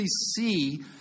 see